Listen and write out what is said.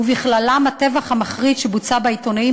ובכללם הטבח המחריד שבוצע בעיתונאים